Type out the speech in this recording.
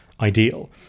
ideal